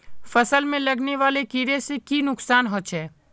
फसल में लगने वाले कीड़े से की नुकसान होचे?